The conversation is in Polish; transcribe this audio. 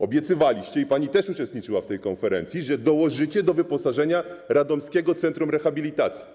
Obiecywaliście, i pani też uczestniczyła w tej konferencji, że dołożycie do wyposażenia Radomskiego Centrum Rehabilitacji.